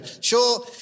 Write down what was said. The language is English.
Sure